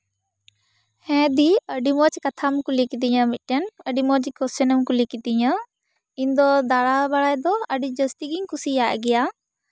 ᱦᱮᱸ ᱫᱤ ᱟᱹᱰᱤ ᱢᱚᱡᱽ ᱠᱟᱛᱷᱟᱢ ᱠᱩᱞᱤ ᱠᱤᱫᱤᱧᱟᱹ ᱢᱤᱫᱴᱮᱱ ᱟᱹᱰᱤ ᱢᱚᱡᱽ ᱠᱚᱥᱪᱟᱱᱮᱢ ᱠᱩᱞᱤ ᱠᱤᱫᱤᱧᱟ ᱤᱧ ᱫᱚ ᱫᱟᱬᱟᱼᱵᱟᱲᱟᱭ ᱫᱚ ᱟᱹᱰᱤ ᱡᱟᱥᱛᱤ ᱜᱤᱧ ᱠᱩᱥᱤᱭᱟᱜ ᱜᱮᱭᱟ